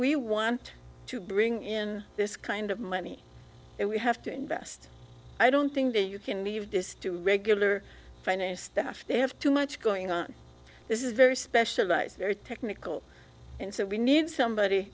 we want to bring in this kind of money that we have to invest i don't think that you can leave this to regular finance staff they have too much going on this is very specialized very technical and so we need somebody